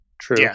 True